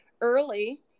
early